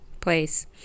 place